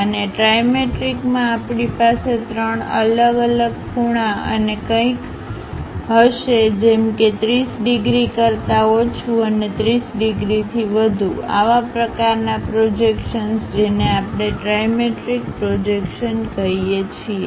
અને ટ્રાયમેટ્રિકમાં આપણી પાસે ત્રણ અલગ અલગ ખૂણા અને કંઈક હશે જેમ કે 30 ડિગ્રી કરતા ઓછું અને 30 ડિગ્રીથી વધુ આવા પ્રકારનાં પ્રોજેક્શન્સ જેને આપણે ટ્રાઇમેટ્રિક પ્રોજેક્શન્સ કહીએ છીએ